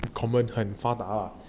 common 很发达 lah